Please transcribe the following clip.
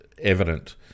evident